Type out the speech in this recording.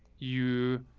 you